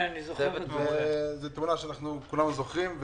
זו תאונה שכולנו זוכרים,